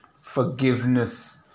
forgiveness